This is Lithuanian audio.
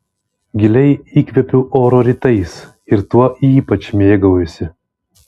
giliai įkvepiu oro rytais ir tuo ypač mėgaujuosi